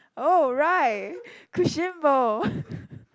oh right Kuishin-Bo